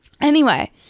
anyway-